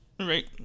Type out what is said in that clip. Right